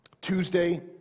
Tuesday